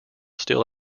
still